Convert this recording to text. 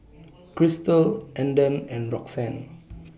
Christel Andon and Roxann